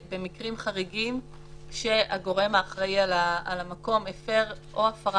במקרים חריגים שהגורם האחראי על המקום הפר הפרה